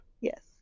Yes